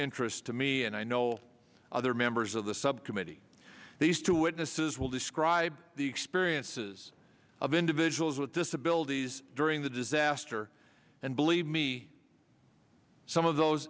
interest to me and i know other members of the subcommittee these two witnesses will describe the experiences of individuals with disabilities during the disaster and believe me some of those